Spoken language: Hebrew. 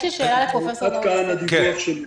עד כאן הדיווח שלי.